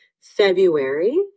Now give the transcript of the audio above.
February